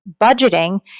budgeting